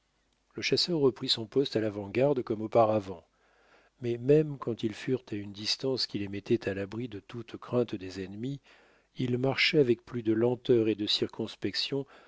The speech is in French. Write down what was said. le chasseur reprit son poste à l'avantgarde comme auparavant mais même quand ils furent à une distance qui les mettait à l'abri de toute crainte des ennemis il marchait avec plus de lenteur et de circonspection